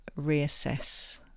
reassess